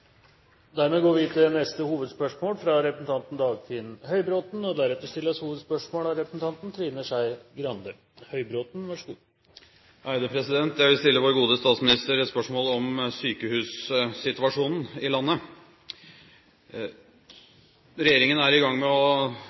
går videre til neste hovedspørsmål. Jeg vil stille vår gode statsminister et spørsmål om sykehussituasjonen i landet. Regjeringen er i gang med å lage Nord-Europas største sykehus i Oslo-regionen. 1 000 årsverk skal bort i første omgang. Målet er